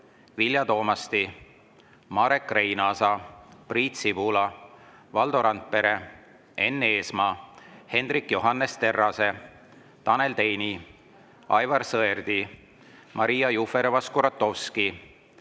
Vilja Toomasti, Marek Reinaasa, Priit Sibula, Valdo Randpere, Enn Eesmaa, Hendrik Johannes Terrase, Tanel Teini, Aivar Sõerdi, Maria Jufereva-Skuratovski,